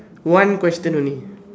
one question only